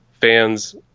fans